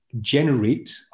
generate